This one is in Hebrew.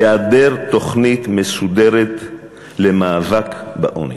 היעדר תוכנית מסודרת למאבק בעוני.